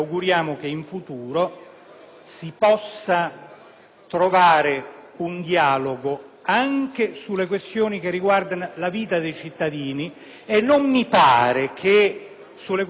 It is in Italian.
si possa trovare un dialogo anche sulle questioni che riguardano la vita dei cittadini perché finora su questioni importanti, come la